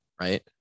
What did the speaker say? right